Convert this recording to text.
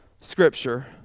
scripture